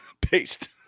Paste